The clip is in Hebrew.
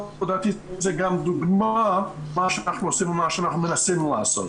ונתתי לזה גם דוגמה על מה שאנחנו עושים ומה שאנחנו מנסים לעשות.